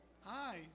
Hi